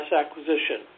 acquisition